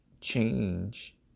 change